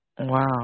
Wow